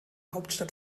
hauptstadt